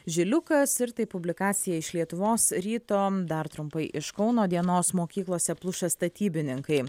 žiliukas ir tai publikacija iš lietuvos ryto dar trumpai iš kauno dienos mokyklose pluša statybininkai